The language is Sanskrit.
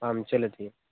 आं चलति